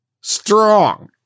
strong